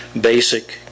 basic